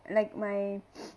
like my